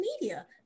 media